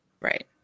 Right